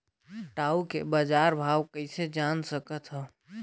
टाऊ के बजार भाव कइसे जान सकथव?